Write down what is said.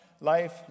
Life